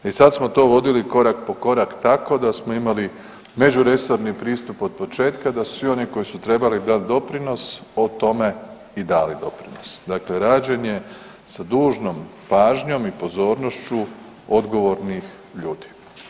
sad smo to vodili korak po korak tako da smo imali međuresorni pristup otpočetka da su svi oni koji su trebali dat doprinos o tome i dali doprinos, dakle rađen je sa dužnom pažnjom i pozornošću odgovornih ljudi.